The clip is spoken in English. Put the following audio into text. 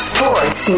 Sports